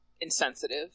insensitive